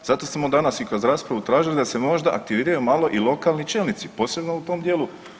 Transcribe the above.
Zato smo danas i kroz raspravu tražili da se možda aktiviraju i lokalni čelnici posebno u tom dijelu.